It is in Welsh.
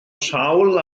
sawl